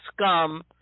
scum